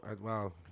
Wow